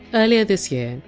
earlier this year,